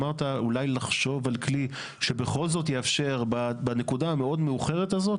אמרת שאולי נחשוב על כלי שבכל זאת יאפשר בנקודה המאוד מאוחרת הזאת,